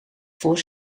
voor